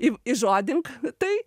iv įžodink tai